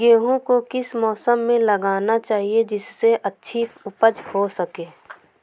गेहूँ को किस मौसम में लगाना चाहिए जिससे अच्छी उपज हो सके?